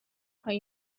های